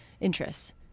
interests